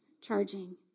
charging